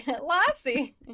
Lassie